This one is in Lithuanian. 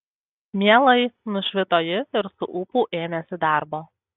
mielai nušvito ji ir su ūpu ėmėsi darbo